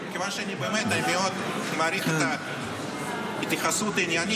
כיוון שאני באמת מאוד מעריך את ההתייחסות העניינית,